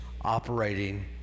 operating